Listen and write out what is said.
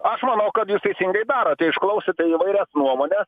aš manau kad jūs teisingai darote išklausėte įvairias nuomones